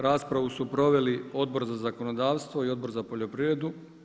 Raspravu su proveli Odbor za zakonodavstvo i Odbor za poljoprivredu.